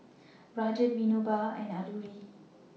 Rajat Vinoba and Alluri